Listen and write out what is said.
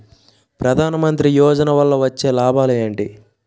ప్రధాన మంత్రి యోజన వల్ల వచ్చే లాభాలు ఎంటి?